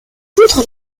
poudre